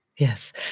Yes